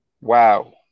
wow